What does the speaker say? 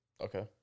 Okay